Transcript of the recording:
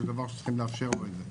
זה דבר שצריכים לאפשר לו את זה,